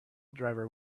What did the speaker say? driver